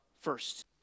first